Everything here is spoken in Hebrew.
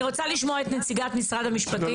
אני רוצה לשמוע את נציגת משרד המשפטים.